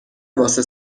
واسه